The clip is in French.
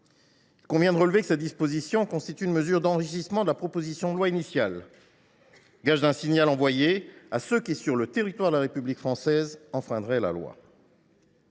Il convient de relever que cette disposition constitue une mesure d’enrichissement de la proposition de loi initiale. C’est un signal envoyé à ceux qui, sur le territoire de la République française, enfreindraient la loi.